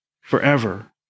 forever